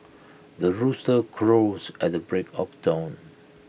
the rooster crows at the break of dawn